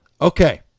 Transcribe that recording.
Okay